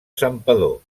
santpedor